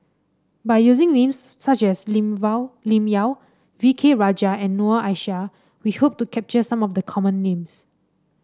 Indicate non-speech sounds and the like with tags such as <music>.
by using names such as Lim <unintelligible> Lim Yau V K Rajah and Noor Aishah we hope to capture some of the common names